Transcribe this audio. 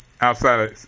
outside